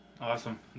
awesome